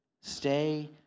Stay